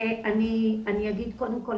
קודם כל,